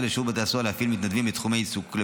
לשירות בתי הסוהר להפעיל מתנדבים בתחומי עיסוקו,